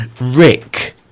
Rick